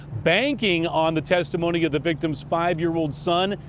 banking on the testimony of the victim's five-year-old son.